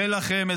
ולכם,